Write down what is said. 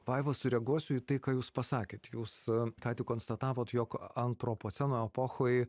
vaiva sureaguosiu į tai ką jūs pasakėt jūs ką tik konstatavot jog antropoceno epochoj